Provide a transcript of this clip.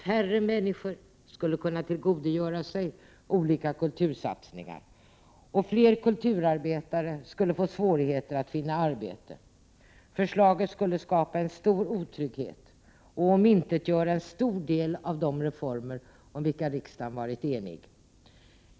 Färre människor skulle kunna tillgodogöra sig olika kultursatsningar, och fler kulturarbetare skulle få svårigheter att finna arbete. Förslaget skulle skapa en stor otrygghet och omintetgöra en stor del av de reformer som riksdagen har varit enig om.